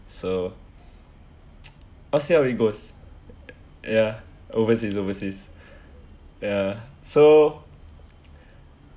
so let's see how it goes yeah overseas overseas ya so